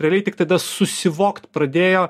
realiai tik tada susivokt pradėjo